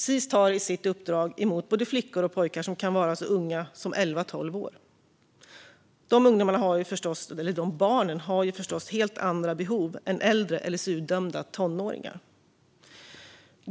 Sis tar i sitt uppdrag emot både flickor och pojkar som kan vara så unga som 11-12 år. De ungdomarna, eller de barnen, har förstås helt andra behov än äldre LSU-dömda tonåringar.